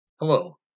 Hello